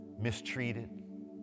Mistreated